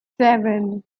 seven